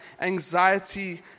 anxiety